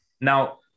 Now